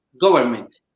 government